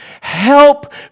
help